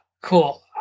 Cool